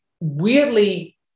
weirdly